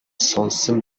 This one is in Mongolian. сонссон